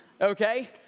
Okay